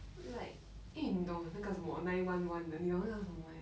like eh 你懂那个什么 nine one one 的你懂那个什么来的